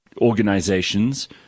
organizations